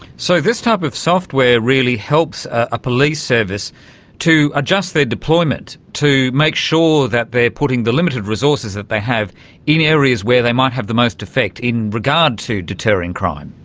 so this type of software really helps a police service to adjust their deployment to make sure that they are putting the limited resources that they have in areas where they might have the most effect in regard to deterring crime.